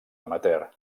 amateur